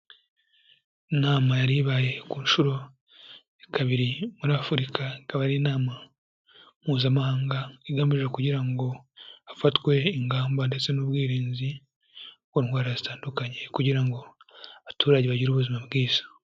Inama yari ibaye ku nshuro ya kabiri muri Afurika, ikaba ari inama mpuzamahanga igamije kugira ngo hafatwe ingamba ndetse n'ubwirinzi ku ndwara zitandukanye kugira ngo abaturage bagire ubuzima bwiza.